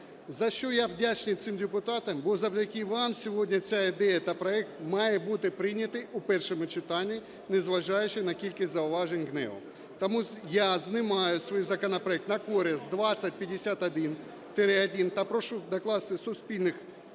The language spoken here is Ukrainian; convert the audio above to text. За що я вдячний цим депутатам, бо завдяки вам сьогодні ця ідея та проект має бути прийнятий у першому читанні, незважаючи на кількість зауважень ГНЕУ. Тому я знімаю свій законопроект на користь 2051-1 та прошу докласти спільних